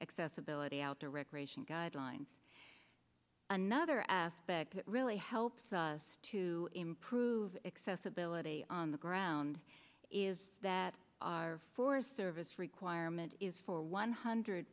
accessibility outdoor recreation guidelines another aspect that really helps us to improve accessibility on the ground is that our forest service requirement is for one hundred